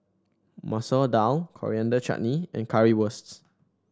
Masoor Dal Coriander Chutney and Currywursts